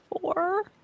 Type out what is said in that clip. four